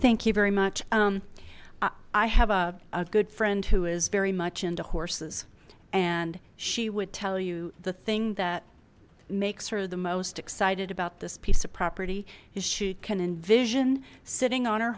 thank you very much i have a good friend who is very much into horses and she would tell you the thing that makes her the most excited about this piece of property is she can envision sitting on her